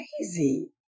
crazy